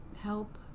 help